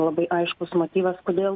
labai aiškus motyvas kodėl